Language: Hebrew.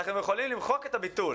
אתם גם יכולים למחוק את הביטול.